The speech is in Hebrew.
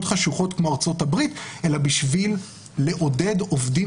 חשוכות כמו ארצות-הברית אלא בשביל לעודד עובדים